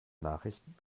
nachrichten